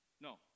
No